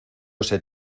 ese